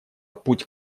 путь